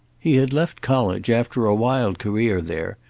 he had left college after a wild career there,